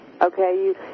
Okay